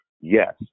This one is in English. yes